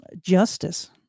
justice